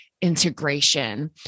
integration